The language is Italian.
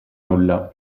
nulla